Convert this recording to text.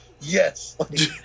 Yes